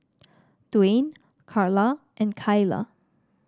Dwain Carla and Kaila